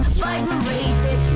vibrated